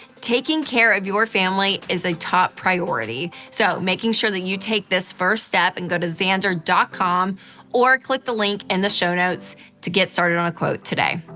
taking care of your family is a top priority. so, make sure that you take this first step and go to zander dot com or click the link in the show notes to get started on a quote today.